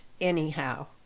anyhow